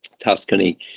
Tuscany